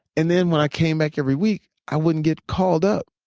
and then when i came back every week, i wouldn't get called up.